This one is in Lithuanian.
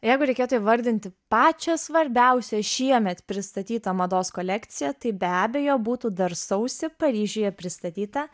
jeigu reikėtų įvardinti pačią svarbiausią šiemet pristatytą mados kolekciją tai be abejo būtų dar sausį paryžiuje pristatyta